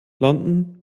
london